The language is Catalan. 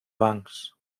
bancs